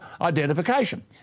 identification